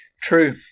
True